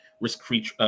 risk-free